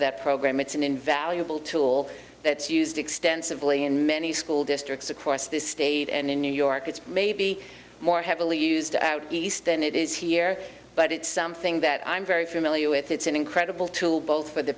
that program it's an invaluable tool that's used extensively in many school districts across this state and in new york it's maybe more heavily used to out east than it is here but it's something that i'm very familiar with it's an incredible tool both for the